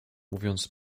mówiąc